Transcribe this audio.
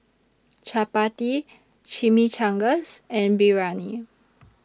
Chapati Chimichangas and Biryani